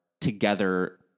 together